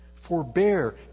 Forbear